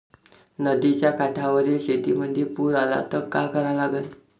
नदीच्या काठावरील शेतीमंदी पूर आला त का करा लागन?